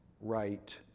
right